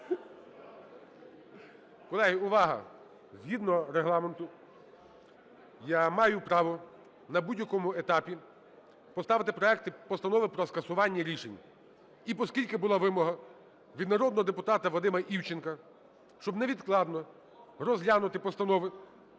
Колеги, увага! Згідно Регламенту я маю право на будь-якому етапі поставити проекти постанов про скасування рішень. І оскільки була вимога від народного депутата Вадима Івченка, щоб невідкладно розглянути постанови